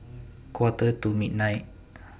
Quarter to midnight